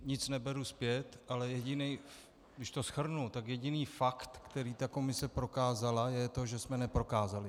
Nic neberu zpět, ale když to shrnu, tak jediný fakt, který ta komise prokázala, je to, že jsme neprokázali.